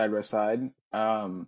side-by-side